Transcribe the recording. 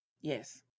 Yes